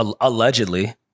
Allegedly